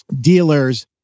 dealers